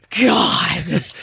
God